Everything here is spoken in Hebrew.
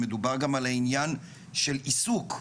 מדובר על העניין של עיסוק.